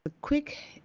quick